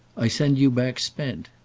i send you back spent.